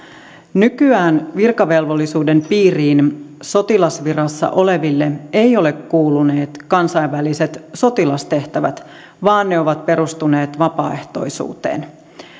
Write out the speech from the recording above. nykyään virkavelvollisuuden piiriin sotilasvirassa oleville eivät ole kuuluneet kansainväliset sotilastehtävät vaan ne ovat perustuneet vapaaehtoisuuteen